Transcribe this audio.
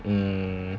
mm